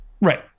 Right